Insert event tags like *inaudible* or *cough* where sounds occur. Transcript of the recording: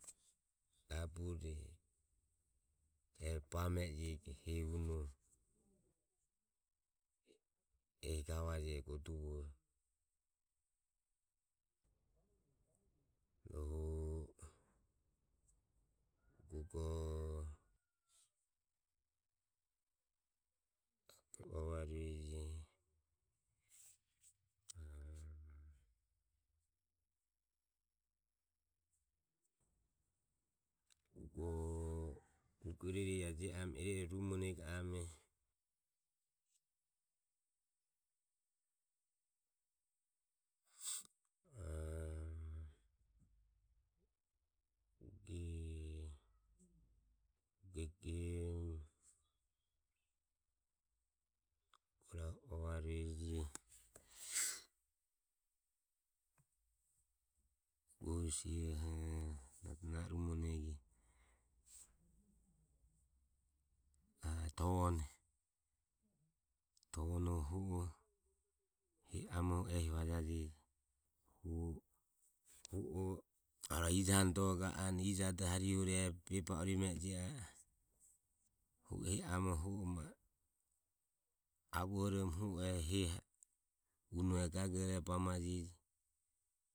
*noise* Rabure e bame e jio ego hehi unoho ehi gavaje guoduvoho. Rohu ugoho uavarueji a ugo *noise* iro iroho ae je ame iro iro rumonege ame *noise* a uge gemu ugo rahu uava rueje *noise* ugo hesi ihoho na o rumonege a tovone, Tovonoho hu o hehi amoho ehi vajajeji hu o arue ijo hano dore ga anue ijo harihure e be ba ame e jio a e hu o hehi amohu o avohoromo hu ehi hehi unoho e gagore bamajeji